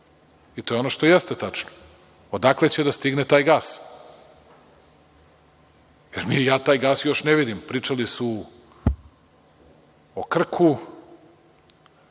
To je ono što jeste tačno. Odakle će da stigne taj gas? Ja taj gas još ne vidim. Pričali su o Krku,